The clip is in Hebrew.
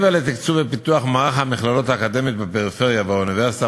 לדיון בוועדה אלו גורמים שאינם נמנים עם מציעי